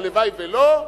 הלוואי שלא,